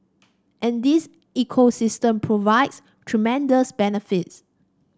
and this ecosystem provides tremendous benefits